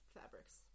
fabrics